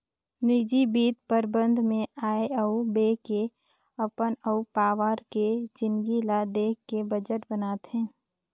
निजी बित्त परबंध मे आय अउ ब्यय के अपन अउ पावार के जिनगी ल देख के बजट बनाथे